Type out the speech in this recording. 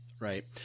Right